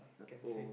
can say